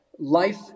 life